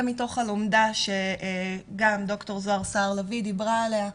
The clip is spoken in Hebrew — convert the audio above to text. זה מתוך הלומדה שד"ר זהר סהר דיברה עליה,